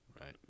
Right